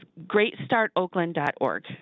GreatStartOakland.org